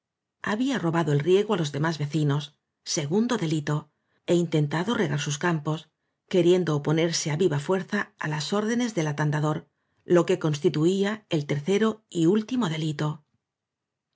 había robado el riego á los demás veci nos segundo delito é intentado regar sus cam pos queriendo oponerse á viva fuerza á las órdenes del atandador lo que constituía el ter cero y último delito